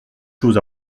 choses